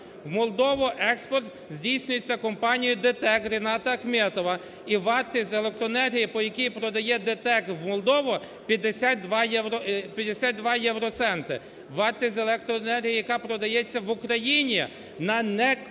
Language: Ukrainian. в Молдову експорт здійснюється компанією ДТЕК Ріната Ахметова, і вартість електроенергії, по якій продає ДТЕК в Молдову, 52 євроцентри. Вартість електроенергії, яка продається в Україні, на неконкурентному